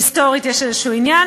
היסטורית יש איזשהו עניין,